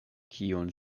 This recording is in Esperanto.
kiun